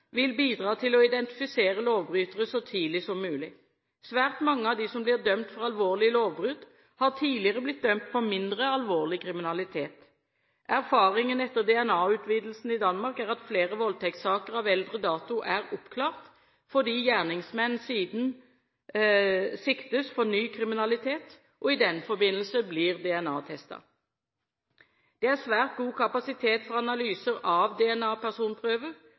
vil bidra til å identifisere lovbrytere så tidlig som mulig. Svært mange av dem som blir dømt for alvorlige lovbrudd, har tidligere blitt dømt for mindre alvorlig kriminalitet. Erfaringen etter DNA-utvidelsen i Danmark er at flere voldtektssaker av eldre dato er oppklart fordi gjerningsmenn siden siktes for ny kriminalitet og i den forbindelse blir DNA-testet. Det er svært god kapasitet for analyser av